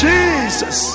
Jesus